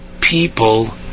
people